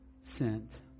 sent